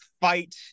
fight